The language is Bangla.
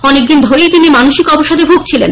অনেকদিন ধরেই তিনি মানসিক অবসাদে ভুগছিলেন